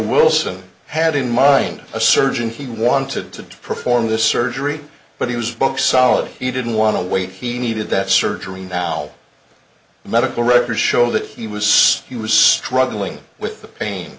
wilson had in mind a surgeon he wanted to perform this surgery but he was booked solid he didn't want to wait he needed that surgery now medical records show that he was he was struggling with the pain